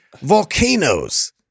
volcanoes